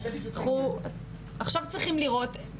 עכשיו צריכים לראות,